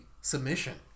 submission